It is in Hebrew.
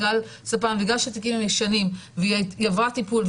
בגלל שהתיקים הם ישנים והיא הייתה היא עברה טיפול,